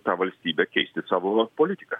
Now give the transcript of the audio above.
tą valstybę keisti savo politiką